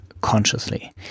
consciously